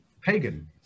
pagan